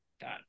done